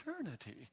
eternity